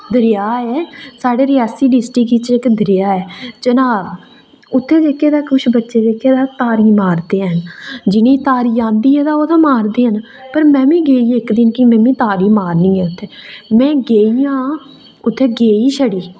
दरेआ ऐ साढ़े रियासी डिस्टिक च इक दरेआ ऐ चनाब उत्थें जेह्के तां किश बच्चे दिक्खे ऐ तारी मारदे ऐ जिनेंगी तारी आंदी ऐ तां ओह् ते मारदे न पर में बी गेई इक दिन कि में बी तारी मारनी ऐ उत्थें में गेई आं उत्थें गेई छड़ी